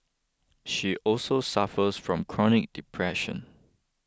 she also suffers from chronic depression